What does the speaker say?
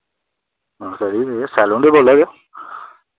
नमस्ते जी एह् सैलून दा बोल्ला दे ओ